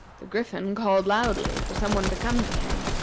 the griffin called loudly for some one to come to him,